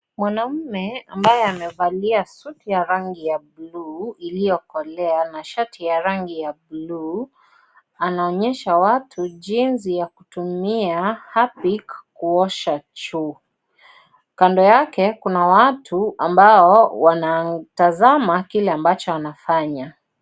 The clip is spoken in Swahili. Mwanaume ambaye amevalia suti ya rangi ya buluu iliyokolea na shati ya rangi ya buluu, anainyesha watu jinsia ya kutumia harpic, kuosha choo. Kando yake, kuna watu ambao wanatazama kile ambacho anafanya.